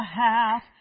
half